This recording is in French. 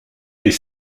est